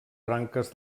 branques